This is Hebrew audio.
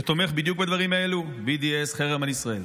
שתומך בדיוק בדברים האלו, ב-BDS, חרם על ישראל.